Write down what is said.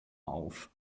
auf